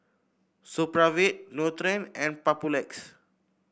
Supravit Nutren and Papulex